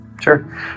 Sure